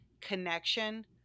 connection